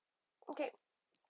okay